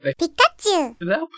Pikachu